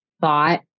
thought